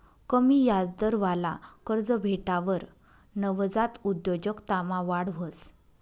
कमी याजदरवाला कर्ज भेटावर नवजात उद्योजकतामा वाढ व्हस